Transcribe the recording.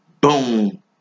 boom